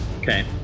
Okay